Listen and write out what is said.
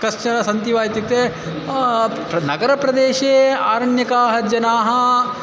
कश्चन सन्ति वा इत्युक्ते नगरप्रदेशे अरण्यकाः जनाः